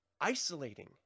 isolating